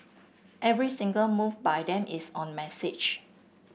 every single move by them is on message